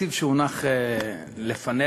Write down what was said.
בתקציב שהונח לפנינו.